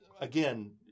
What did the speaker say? again